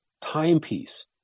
timepiece